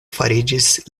fariĝis